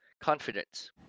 confidence